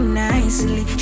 nicely